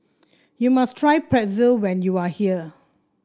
you must try Pretzel when you are here